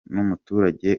n’umuturage